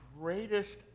greatest